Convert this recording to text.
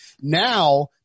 Now